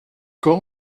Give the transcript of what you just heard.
quand